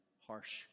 harsh